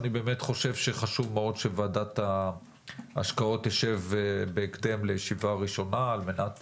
אני חושב שחשוב מאוד שוועדת ההשקעות תשב בהקדם לישיבה ראשונה על מנת